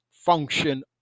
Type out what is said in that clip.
function